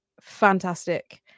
fantastic